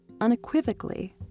unequivocally